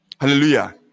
hallelujah